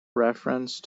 reference